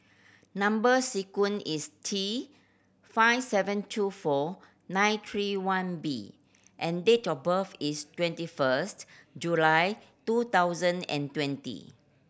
number sequence is T five seven two four nine three one B and date of birth is twenty first July two thousand and twenty